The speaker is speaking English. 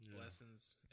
Lessons